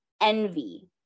envy